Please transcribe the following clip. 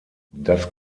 das